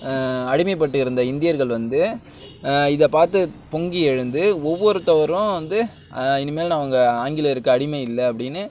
அடிமைப்பட்டு இருந்த இந்தியர்கள் வந்து இதை பார்த்து பொங்கி எழுந்து ஒவ்வொருத்தரும் வந்து இனிமேல் நான் உங்கள் ஆங்கிலேயருக்கு அடிமை இல்லை அப்படின்னு